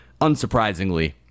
unsurprisingly